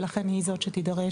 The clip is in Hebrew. ולכן, היא זאת שתידרש,